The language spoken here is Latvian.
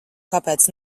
kāpēc